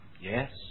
Yes